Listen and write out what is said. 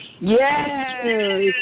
Yes